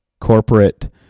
corporate